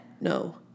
no